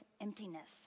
emptiness